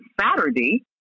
Saturday